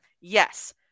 Yes